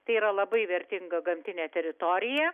tai yra labai vertinga gamtinė teritorija